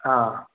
ആ